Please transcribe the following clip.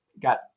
got